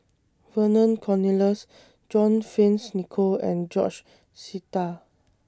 Vernon Cornelius John Fearns Nicoll and George Sita